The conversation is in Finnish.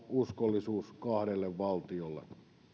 uskollisuus kahdelle valtiolle